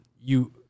you-